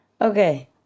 Okay